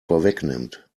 vorwegnimmt